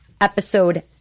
episode